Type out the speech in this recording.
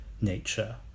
nature